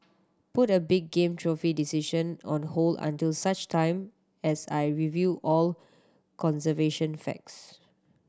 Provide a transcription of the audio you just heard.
put a big game trophy decision on hold until such time as I review all conservation facts